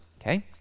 okay